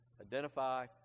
identify